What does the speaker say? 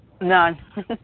None